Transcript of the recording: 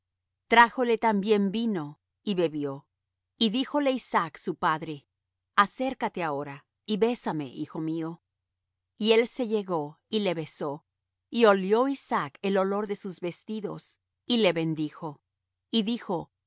comió trájole también vino y bebió y díjole isaac su padre acércate ahora y bésame hijo mío y él se llegó y le besó y olió isaac el olor de sus vestidos y le bendijo y dijo